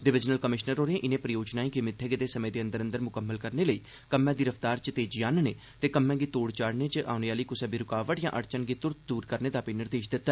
divisional commissioner होरें इनें परियोजनाएं गी मित्थे गेदे समे दे अंदर अंदर मुकम्मल करने लेई कम्मै दी रफ्तार च तेज़ी आनने ते कन्नै कम्में गी तोड़ चाढ़ने च औने आली कुसै बी रुकावट या अड़चन गी त्रत दूर करने दा बी निर्देश दिता